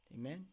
Amen